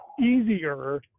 easier